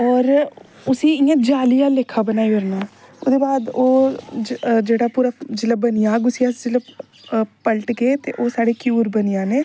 और उसी इयां जाली आहले लेखा बनाई ओड़ना ओहदे बाद ओह् जेहड़ा पूरा जेहलै बनी जाग उसी जिसलै पलटगे ओह् साढ़े घ्यूर बनी जाने